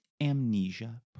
Amnesia